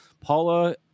Paula